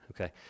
Okay